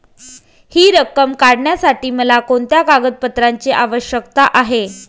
हि रक्कम काढण्यासाठी मला कोणत्या कागदपत्रांची आवश्यकता आहे?